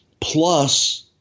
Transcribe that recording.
plus